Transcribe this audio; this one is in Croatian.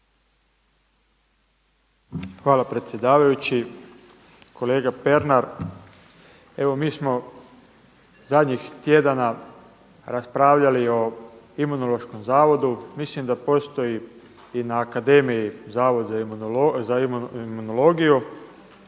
Hvala predsjedavajući. Kolega Pernar, evo mi smo zadnjih tjedana raspravljali o Imunološkom zavodu. Mislim da postoji i na akademiji Zavod za imunologiju.